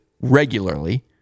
regularly